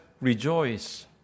rejoice